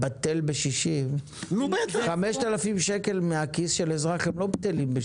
"בטל בשישים" 5,000 שקל מהכיס של האזרח הם לא בטלים.